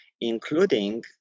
including